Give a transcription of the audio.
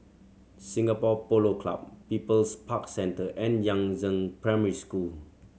Singapore Polo Club People's Park Centre and Yangzheng Primary School